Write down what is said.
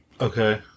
Okay